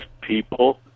people